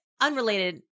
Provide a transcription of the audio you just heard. unrelated